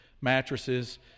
mattresses